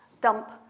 dump